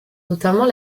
notamment